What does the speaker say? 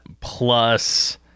plus